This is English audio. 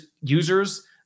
users